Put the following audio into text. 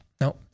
No